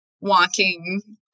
walking